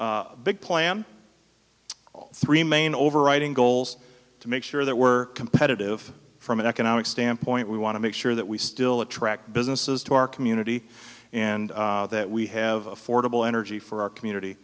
big plan three main overriding goals to make sure that we're competitive from an economic standpoint we want to make sure that we still attract businesses to our community and that we have affordable energy for our